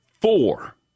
four